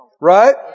Right